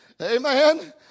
Amen